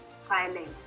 silent